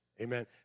Amen